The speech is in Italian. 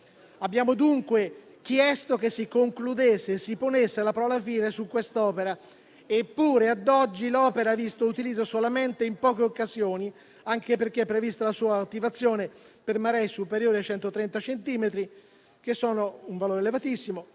Abbiamo dunque chiesto che si concludesse e si ponesse la parola fine a quest'opera. Eppure, ad oggi, il Mose ha visto l'utilizzo solamente in poche occasioni, anche perché è prevista la sua attivazione per maree superiori ai 130 centimetri, valore elevatissimo,